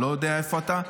לא יודע איפה אתה.